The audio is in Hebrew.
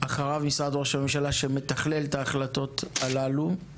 אחריו למשרד ראש הממשלה שמתכלל את ההחלטות הללו,